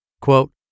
Quote